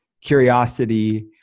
curiosity